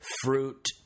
fruit